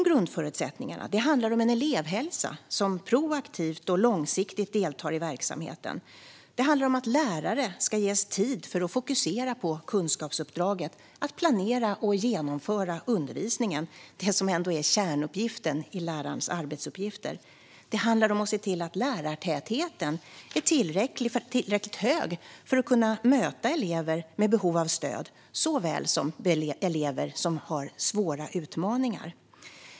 Grundförutsättningarna handlar om en elevhälsa som proaktivt och långsiktigt deltar i verksamheten. Det handlar om att lärare ska ges tid för att fokusera på kunskapsuppdraget, att planera och genomföra undervisningen, det som ändå är kärnuppgiften i lärarens arbetsuppgifter. Det handlar om att se till att lärartätheten är tillräckligt hög för att kunna möta elever med behov av stöd såväl som elever som har svåra utmaningar.